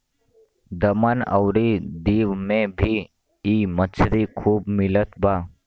दमन अउरी दीव में भी इ मछरी खूब मिलत बा